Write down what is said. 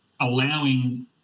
allowing